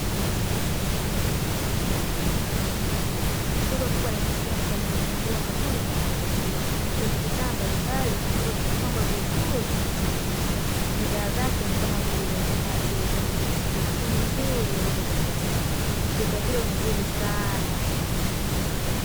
Duka kubwa la kisasa lenye mazingira mazuri na ya kuvutia lenye bidhaa mbalimbali ambazo zimepangwa vizuri kimtiririko. bidhaa zake ni kama vile mikate, juisi na sehemu nzuri ya vyombo vya plastiki, duka hilo ni zuri sana.